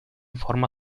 forma